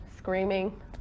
Screaming